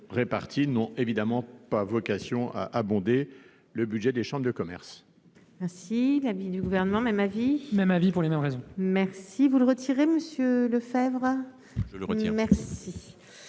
répartis » n'ont évidemment pas vocation à abonder le budget des chambres de commerce